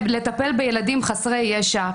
לטפל בילדים חסרי ישע,